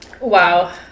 Wow